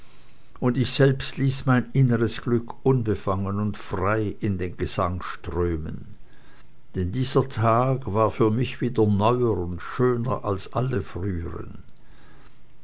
und ich selbst ließ mein inneres glück unbefangen und frei in den gesang strömen denn dieser tag war für mich wieder neuer und schöner als alle früheren